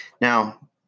Now